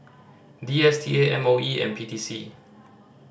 D S T A M O E P T C